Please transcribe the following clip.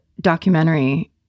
documentary